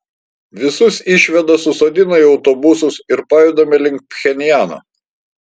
visus išveda susodina į autobusus ir pajudame link pchenjano